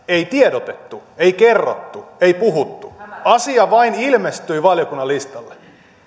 ei tiedotettu ei kerrottu ei puhuttu asia vain ilmestyi valiokunnan listalle